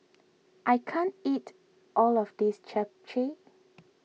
I can't eat all of this Japchae